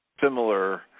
similar